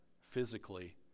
physically